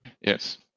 Yes